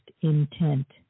intent